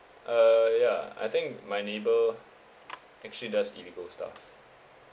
uh yeah I think my neighbour actually does illegal stuff